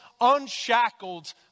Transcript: unshackled